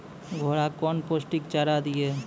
घोड़ा कौन पोस्टिक चारा दिए?